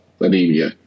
anemia